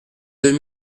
deux